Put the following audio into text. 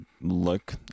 look